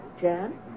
Jan